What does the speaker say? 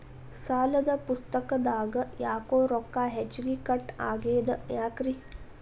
ಸಾಲದ ಪುಸ್ತಕದಾಗ ಯಾಕೊ ರೊಕ್ಕ ಹೆಚ್ಚಿಗಿ ಕಟ್ ಆಗೆದ ಯಾಕ್ರಿ?